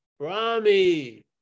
Brahmi